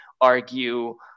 argue